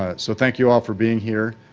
ah so thank you all for being here.